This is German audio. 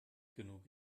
genug